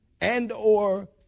and/or